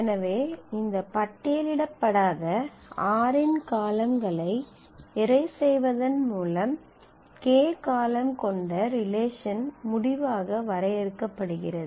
எனவே இந்த பட்டியலிடப்படாத r இன் காலம்களை எரேஸ் செய்வதன் மூலம் k காலம் கொண்ட ரிலேஷன் முடிவாக வரையறுக்கப்படுகிறது